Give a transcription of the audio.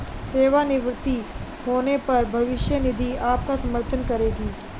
सेवानिवृत्त होने पर भविष्य निधि आपका समर्थन करेगी